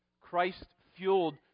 Christ-fueled